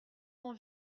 mon